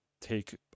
take